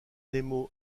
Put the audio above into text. nemo